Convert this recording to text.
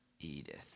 Edith